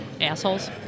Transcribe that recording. assholes